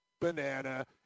banana